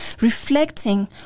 reflecting